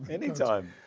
anytime